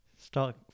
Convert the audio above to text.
start